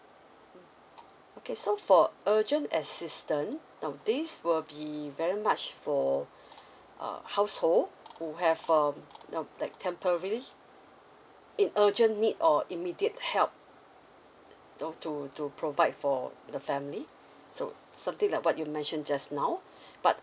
okay so for urgent assistance now this will be the very much for uh household who have um uh like temporarily in urgent need or immediate help of to to provide for the family so something like what you mentioned just now but